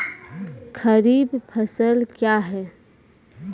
खरीफ फसल क्या हैं?